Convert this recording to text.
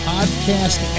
Podcast